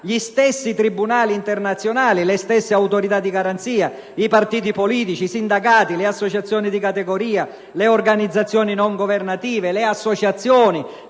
agli stessi tribunali internazionali, alle stesse autorità di garanzia, ai partiti politici, ai sindacati, alle associazioni di categoria, alle organizzazioni non governative, alle associazioni